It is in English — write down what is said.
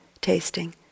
tasting